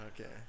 Okay